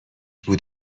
بود